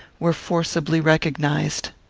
were forcibly recognised.